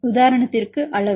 உதாரணத்திற்கு அளவு